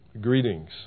greetings